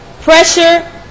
pressure